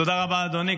תודה רבה, אדוני.